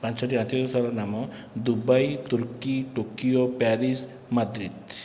ପାଞ୍ଚୋଟି ଆନ୍ତର୍ଜାତିକ ଦେଶର ନାମ Dubai Turkey Tokyo Paris Madrid